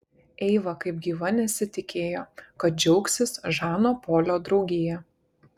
eiva kaip gyva nesitikėjo kad džiaugsis žano polio draugija